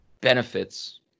benefits